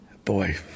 Boy